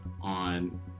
on